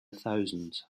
thousands